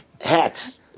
Hats